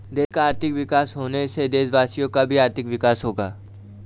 देश का आर्थिक विकास होने से देशवासियों का भी आर्थिक विकास होगा